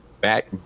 back